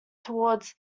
towards